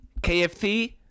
KFC